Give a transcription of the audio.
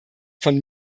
von